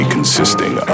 consisting